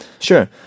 Sure